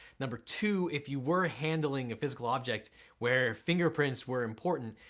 number two, if you were handling a physical object where fingerprints where important,